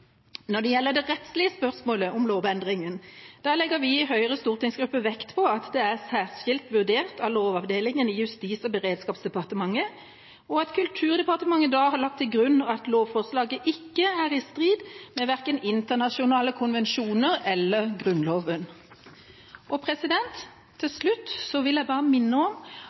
Når det gjelder det rettslige spørsmålet om lovendringen, legger vi i Høyres stortingsgruppe vekt på at det er særskilt vurdert av Lovavdelingen i Justis- og beredskapsdepartementet, og at Kulturdepartementet da har lagt til grunn at lovforslaget ikke er i strid med verken internasjonale konvensjoner eller Grunnloven. Til slutt vil jeg bare minne om